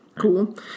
Cool